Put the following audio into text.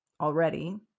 already